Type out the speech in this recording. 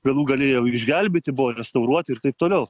galų gale jie jau išgelbėti buvo restauruoti ir taip toliau